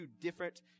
different